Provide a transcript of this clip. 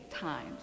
times